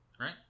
right